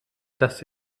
dass